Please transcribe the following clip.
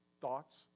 thoughts